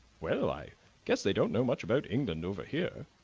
well, i guess they don't know much about england over here!